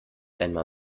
einmal